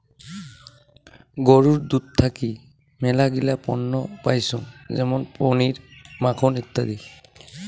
গরুর দুধ থাকি মেলাগিলা পণ্য পাইচুঙ যেমন পনির, মাখন ইত্যাদি